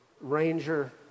Ranger